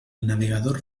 navegador